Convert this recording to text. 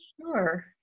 Sure